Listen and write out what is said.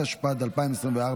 התשפ"ד 2024,